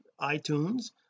iTunes